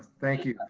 thank you.